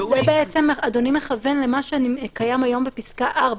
אדוני מכוון למה שקיים היום בפסקה (4),